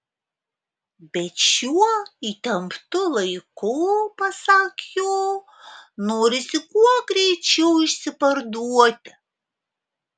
bet šiuo įtemptu laiku pasak jo norisi kuo greičiau išsiparduoti